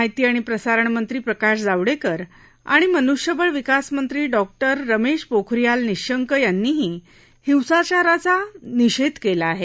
माहिती आणि प्रसारणमंत्री प्रकाश जावडेकर आणि मनुष्यबळ विकास मंत्री डॉ रमेश पोखरियाल निशंक यांनीही हिंसाचाराचा निषेध केला आहे